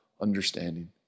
understanding